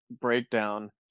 breakdown